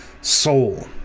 soul